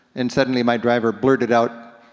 and suddenly my driver blurted out,